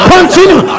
Continue